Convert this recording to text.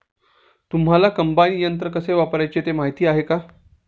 तुम्हांला कम्बाइन यंत्र कसे वापरायचे ते माहीती आहे का?